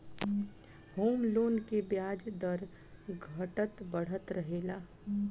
home loan के ब्याज दर घटत बढ़त रहेला